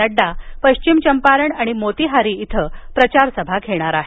नद्डा पश्विम चंपारण आणि मोतीहारी इथं प्रचारसभा घेणार आहेत